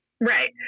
Right